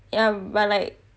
yah but like